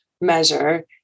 measure